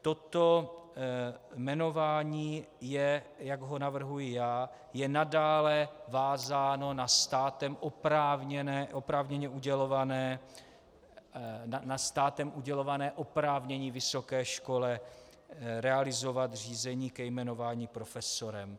Toto jmenování, jak ho navrhuji já, je nadále vázáno na státem oprávněné, oprávněně udělované, na státem udělované oprávnění vysoké škole realizovat řízení ke jmenování profesorem.